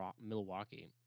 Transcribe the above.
Milwaukee